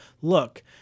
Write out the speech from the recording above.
look